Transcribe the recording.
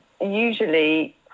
usually